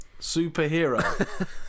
superhero